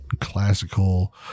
classical